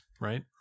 right